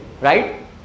Right